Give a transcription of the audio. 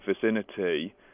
vicinity